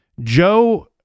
Joe